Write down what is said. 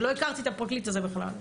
שלא הכרתי את הפרקליט הזה בכלל.